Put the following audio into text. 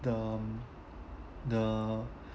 the um the